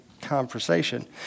conversation